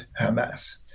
Hamas